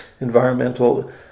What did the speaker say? environmental